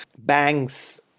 banks,